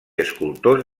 escultors